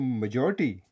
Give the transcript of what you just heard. majority